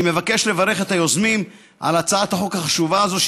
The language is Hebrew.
אני מבקש לברך את היוזמים על הצעת החוק החשובה הזאת,